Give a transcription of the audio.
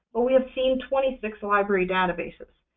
but we have seen twenty six library databases,